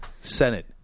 Senate